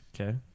Okay